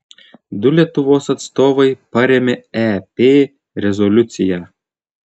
du lietuvos atstovai parėmė ep rezoliuciją